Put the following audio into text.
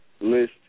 list